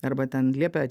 arba ten liepia